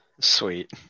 Sweet